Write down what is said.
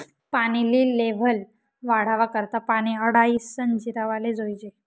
पानी नी लेव्हल वाढावा करता पानी आडायीसन जिरावाले जोयजे